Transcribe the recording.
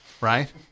right